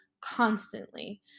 constantly